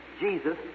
Jesus